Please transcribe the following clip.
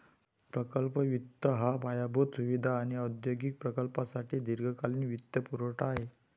प्रकल्प वित्त हा पायाभूत सुविधा आणि औद्योगिक प्रकल्पांसाठी दीर्घकालीन वित्तपुरवठा आहे